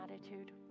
attitude